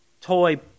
toy